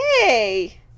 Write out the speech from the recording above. Hey